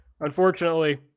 unfortunately